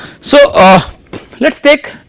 so ah let us take